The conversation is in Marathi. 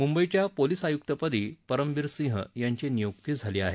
मुंबईच्या पोलीस आयुक्तपदी परमबीर सिंह यांची नियुक्ती झाली आहे